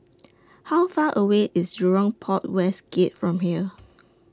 How Far away IS Jurong Port West Gate from here